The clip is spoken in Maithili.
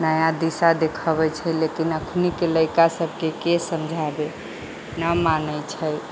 नया दिशा देखऽबै छै लेकिन अखनी के लैड़का सबके के समझाबे ना मानै छै